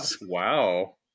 wow